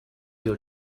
your